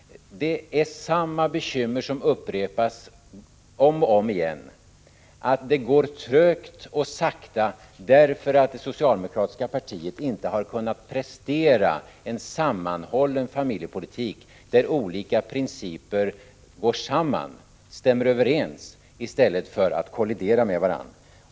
Samma bekymmer upprepas om och om igen — det går trögt och sakta därför att socialdemokratiska partiet inte har kunnat prestera en sammanhållen familjepolitik, där olika principer stämmer överens i stället för att kollidera med varandra.